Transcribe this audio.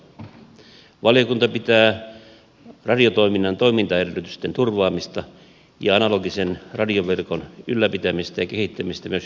valiokunta pitää radiotoiminnan toimintaedellytysten turvaamista ja analogisen radioverkon ylläpitämistä ja kehittämistä myös jatkossa erittäin tärkeänä